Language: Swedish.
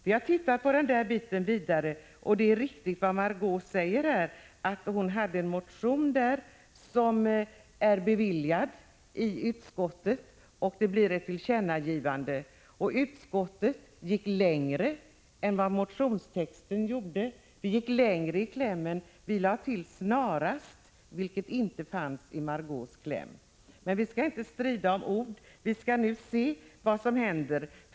Vi har nu tittat närmare på den saken, och det är riktigt som Margö Ingvardsson säger, att hon hade en motion som tillstyrktes i utskottet och ledde till ett tillkännagivande. Utskottet gick dock faktiskt längre än motionstexten: vi lade till ordet ”snarast”, vilket inte fanns med i Margö Ingvardssons kläm. Vi skall inte strida om ord, utan se vad som händer.